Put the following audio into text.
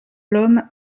l’homme